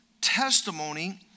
testimony